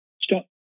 stop